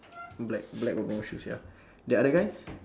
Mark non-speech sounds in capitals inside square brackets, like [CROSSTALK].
black black or brown ya [BREATH] the other guy